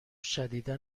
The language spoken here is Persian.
شدیدا